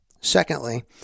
Secondly